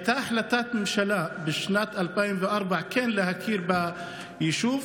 הייתה החלטת ממשלה בשנת 2004 להכיר ביישוב.